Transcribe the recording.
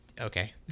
Okay